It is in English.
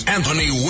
Anthony